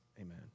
Amen